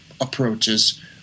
approaches